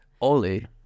Oli